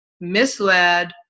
misled